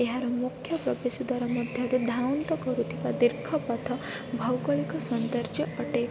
ଏହାର ମୁଖ୍ୟ ପ୍ରତିସୁଧାର ମଧ୍ୟରୁ ଧାଉଁତ କରୁଥିବା ଦୀର୍ଘପଥ ଭୌଗଳିକ ସୌନ୍ଦର୍ଯ୍ୟ ଅଟେ